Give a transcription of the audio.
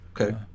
Okay